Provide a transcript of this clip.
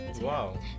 wow